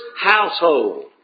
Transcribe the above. household